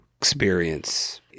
experience